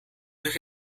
durch